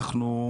אנחנו,